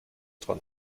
dran